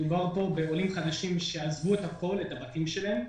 מדובר פה בעולים חדשים שעזבו את הבתים שלהם,